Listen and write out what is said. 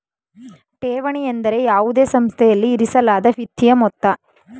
ಠೇವಣಿ ಎಂದರೆ ಯಾವುದೇ ಸಂಸ್ಥೆಯಲ್ಲಿ ಇರಿಸಲಾದ ವಿತ್ತೀಯ ಮೊತ್ತ